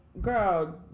girl